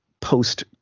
post